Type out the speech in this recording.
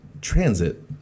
transit